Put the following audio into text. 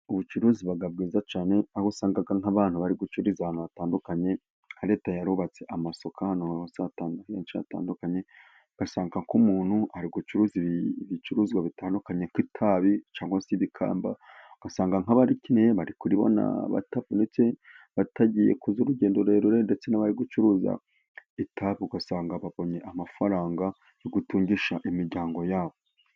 Ubucuruzi buba bwiza cyane, aho usanga nk'abantu bari gucururiza ahantu hatandukanye. Nka Leta yarubatse amasoko ahantu henshi hatandukanye. Ugasanga nk' umuntu ari gucuruza ibicuruzwa bitandukanye, nk'itabi cyangwa se ibikamba. usanga nk'abarikeneye bari kuribona batavunitse, badakoze urugendo rurerure, ndetse n'abari gucuruza itabi, ugasanga babonye amafaranga yo gutungisha imiryango yabo.